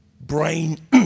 brain